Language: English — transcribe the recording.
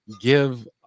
give